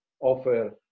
offer